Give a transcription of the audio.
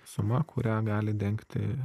suma kurią gali dengti